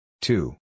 Two